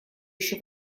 еще